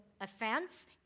offense